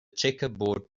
checkerboard